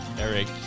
Eric